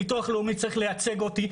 ביטוח לאומי צריך לייצג אותי,